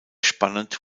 spannend